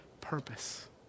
purpose